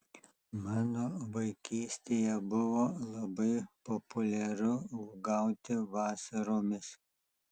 mano vaikystėje buvo labai populiaru uogauti vasaromis